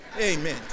Amen